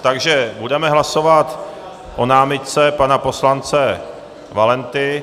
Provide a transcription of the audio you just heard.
Takže budeme hlasovat o námitce pana poslance Valenty.